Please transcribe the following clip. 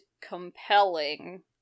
compelling